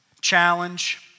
challenge